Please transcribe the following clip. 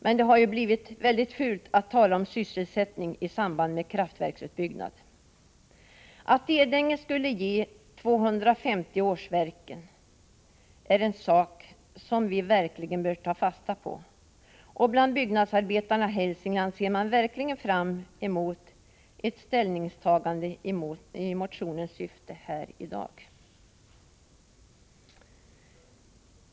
Men det har ju blivit fult att tala om sysselsättning i samband med kraftverksutbyggnad. Att Edänge skulle ge 250 manårsverken är en sak som vi bör ta fasta på. Bland byggnadsarbetarna i Hälsingland ser man verkligen fram emot ett ställningstagande i motionens syfte här i dag.